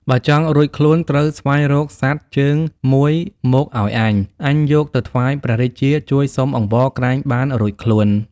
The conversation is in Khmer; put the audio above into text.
បើចង់រួចខ្លួនត្រូវស្វែងរកសត្វជើងមួយមកឲ្យអញ អញយកទៅថ្វាយព្រះរាជាជួយសុំអង្វរក្រែងបានរួចខ្លួន"។